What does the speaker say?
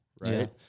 Right